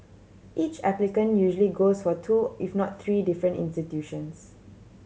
each applicant usually goes for two if not three different institutions